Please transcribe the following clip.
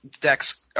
decks